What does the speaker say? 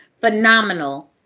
Phenomenal